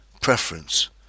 Preference